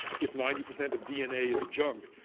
if ninety percent of dna is junk,